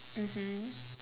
mmhmm